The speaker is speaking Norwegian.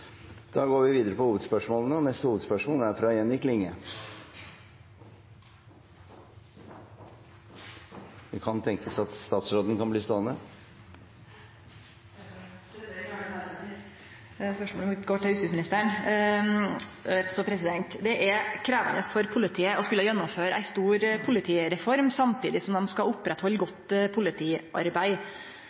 neste hovedspørsmål. Spørsmålet mitt går til justisministeren. Det er krevjande for politiet å skulle gjennomføre ei stor politireform samtidig som dei skal halde ved lag godt politiarbeid.